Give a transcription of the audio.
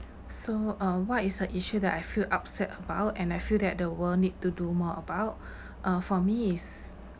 so uh what is a issue that I feel upset about and I feel that the world need to do more about uh for me is